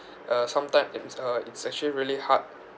uh sometime it is uh it's actually really hard